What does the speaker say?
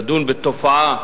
לענייני דתות,